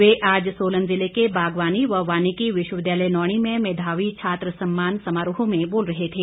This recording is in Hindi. वे आज सोलन जिले के बागवानी व वानिकी विश्वविद्यालय नौणी में मेधावी छात्र सम्मान समारोह में बोल रहे थे